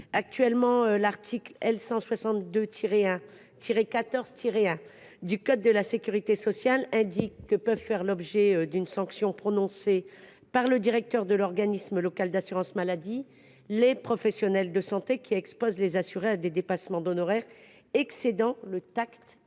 opposable. L’article L. 162 1 14 1 du code de la sécurité sociale dispose que « peuvent faire l’objet d’une sanction, prononcée par le directeur de l’organisme local d’assurance maladie, les professionnels de santé qui […] exposent les assurés à des dépassements d’honoraires excédant le tact et